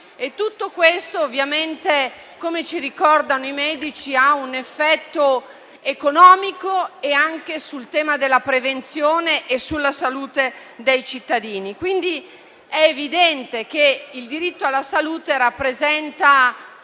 ovviamente, come ci ricordano i medici, ha un effetto economico e anche sul tema della prevenzione e sulla salute dei cittadini. È quindi evidente che il diritto alla salute rappresenta